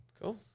Cool